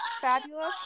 Fabulous